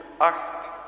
asked